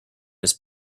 his